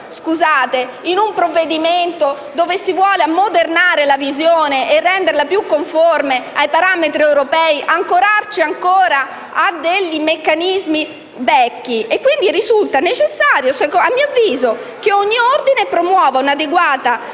vogliamo, in un provvedimento dove si vuole ammodernare la visione e renderla più conforme ai parametri europei, ancorarci a meccanismi vecchi, risulta necessario, a mio avviso, che ogni Ordine promuova un'adeguata